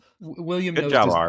William